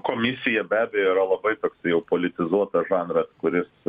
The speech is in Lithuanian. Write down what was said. komisija be abejo yra labai toksai jau politizuotas žanras kuris